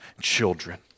children